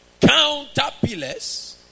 Counterpillars